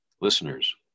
listeners